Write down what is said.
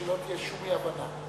שלא תהיה שום אי-הבנה: